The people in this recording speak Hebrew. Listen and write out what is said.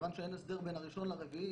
מכיוון שאין הסדר בין הראשון לרביעי,